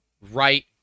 right